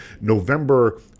November